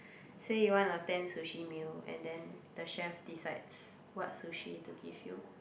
say you want a ten sushi meal and then the chef decides what sushi to give you